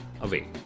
away